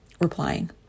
replying